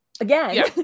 again